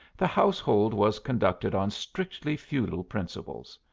the household was conducted on strictly feudal principles.